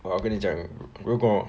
我要跟你讲如果